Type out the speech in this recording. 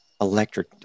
electric